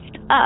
up